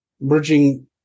merging